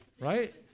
Right